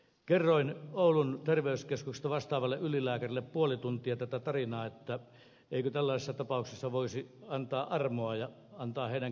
kerroin oulun terveyskeskuksesta vastaavalle ylilääkärille puoli tuntia tätä tarinaa että eikö tällaisessa tapauksessa voisi antaa armoa ja antaa heidän käydä tuossa lähellä